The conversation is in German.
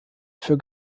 für